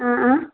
ആ ആ